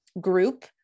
group